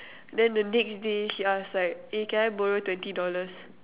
then the next day she ask like eh can I borrow twenty dollars